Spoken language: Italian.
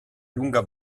lunga